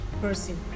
person